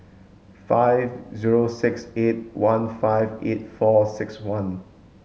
five zero six eight one five eight four six one